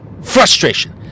Frustration